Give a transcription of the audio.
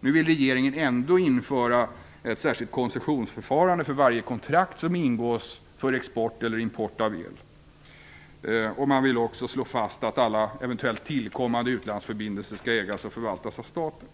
Nu vill regeringen ändå införa ett särskilt koncessionsförfarande för varje kontrakt som ingås för export eller import av el. Man vill också slå fast att alla eventuella tillkommande utlandsförbindelser skall ägas och förvaltas av staten.